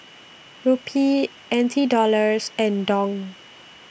Rupee N T Dollars and Dong